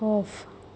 off